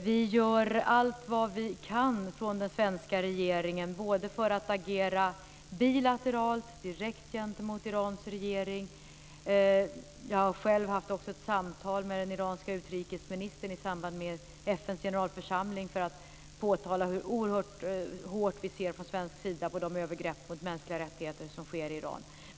Vi gör allt vad vi kan från den svenska regeringen för att agera bilateralt, direkt mot Irans regering. Jag har själv haft ett samtal med den iranske utrikesministern, i samband med FN:s generalförsamling, för att påtala hur oerhört hårt vi från svensk sida ser på de övergrepp mot mänskliga rättigheter som sker i Iran.